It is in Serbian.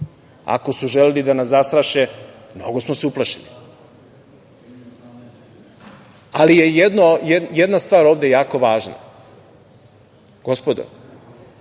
Ako su želeli da nas zastraše, mnogo smo se uplašili. Jedna stvar je ovde jako važna.